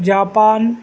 Japan